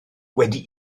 wedi